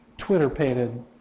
Twitter-painted